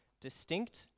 distinct